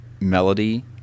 melody